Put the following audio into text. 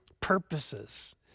purposes